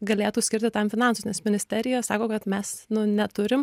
galėtų skirti tam finansus nes ministerija sako kad mes nu neturim